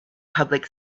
public